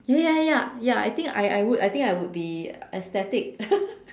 ya ya ya ya I think I I would I would be ecstatic